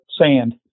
sand